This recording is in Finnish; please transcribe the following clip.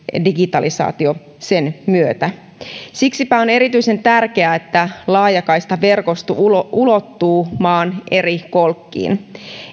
digitalisaatio sen myötä siksipä on erityisen tärkeää että laajakaistaverkosto ulottuu maan eri kolkkiin